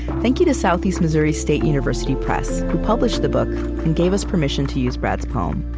thank you to southeast missouri state university press, who published the book and gave us permission to use brad's poem.